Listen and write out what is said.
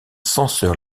censeur